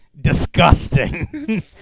Disgusting